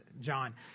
John